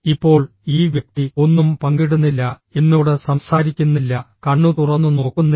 ഇപ്പോൾ ഈ വ്യക്തി ഒന്നും പങ്കിടുന്നില്ല എന്നോട് സംസാരിക്കുന്നില്ല കണ്ണുതുറന്നു നോക്കുന്നില്ല